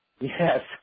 Yes